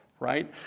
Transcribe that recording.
Right